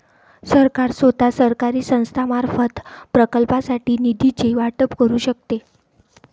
सरकार स्वतः, सरकारी संस्थांमार्फत, प्रकल्पांसाठी निधीचे वाटप करू शकते